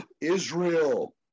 Israel